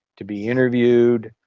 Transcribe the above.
to be interviewed,